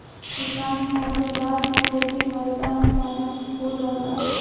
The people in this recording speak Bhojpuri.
किसान खातिर बांस के खेती वरदान साबित हो रहल बा